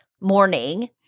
morning